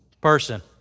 person